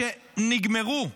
שנגמרו,